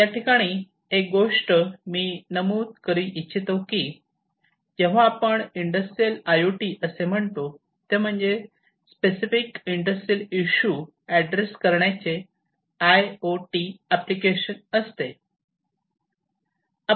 याठिकाणी एक गोष्ट मी नमूद करू इच्छितो की जेव्हा आपण इंडस्ट्रियल आय ओ टी असे म्हणतो ते म्हणजे स्पेसिफिक इंडस्ट्रियल इशू ऍड्रेस करण्याचे आय ओ टी एप्लीकेशन असते